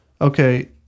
okay